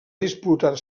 disputar